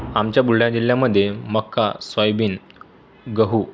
आमच्या बुलढाणा जिल्ल्यामध्ये मका साॅयबीन गहू